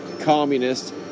communist